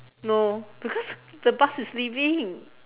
no because the bus is leaving